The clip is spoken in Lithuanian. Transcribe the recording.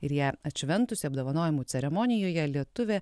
ir ją atšventusi apdovanojimų ceremonijoje lietuvė